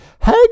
Hey